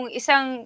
isang